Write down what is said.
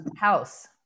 House